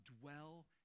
dwell